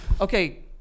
Okay